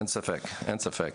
אין ספק.